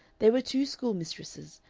there were two school-mistresses,